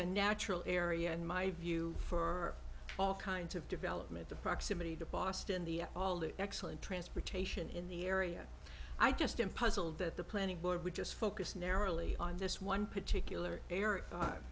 a natural area in my view for all kinds of development the proximity to boston the all the excellent transportation in the area i just i'm puzzled that the planning board would just focus narrowly on this one particular area